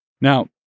Now